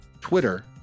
Twitter